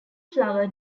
flower